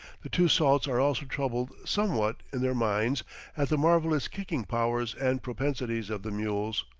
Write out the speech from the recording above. the two salts are also troubled somewhat in their minds at the marvellous kicking powers and propensities of the mules.